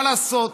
מה לעשות?